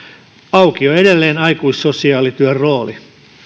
auki on edelleen aikuissosiaalityön rooli